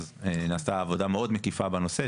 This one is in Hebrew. אז נעשתה עבודה מאוד מקיפה בנושא,